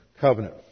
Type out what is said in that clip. covenant